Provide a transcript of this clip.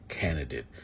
candidate